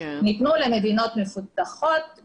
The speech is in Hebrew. ניתנו למדינות מפותחות,